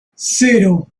cero